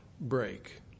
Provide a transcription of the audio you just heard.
break